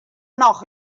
noch